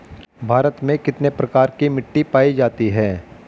भारत में कितने प्रकार की मिट्टी पाई जाती हैं?